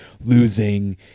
losing